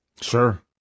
Sure